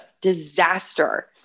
disaster